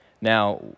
Now